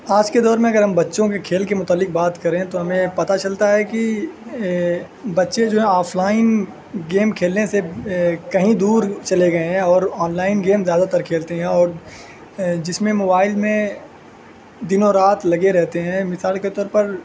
آج کے دور میں اگر ہم بچوں کے کھیل کے متعلق بات کریں تو ہمیں پتہ چلتا ہے کہ بچے جو ہیں آف لائن گیم کھیلنے سے کہیں دور چلے گئے ہیں اور آن لائن گیم زیادہ تر کھیلتے ہیں اور جس میں موبائل میں دنوں رات لگے رہتے ہیں مثال کے طور پر